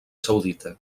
saudita